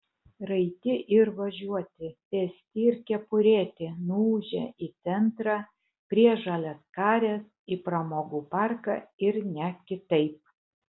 raiti ir važiuoti pėsti ir kepurėti nuūžė į centrą prie žaliaskarės į pramogų parką ir ne kitaip